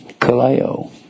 kaleo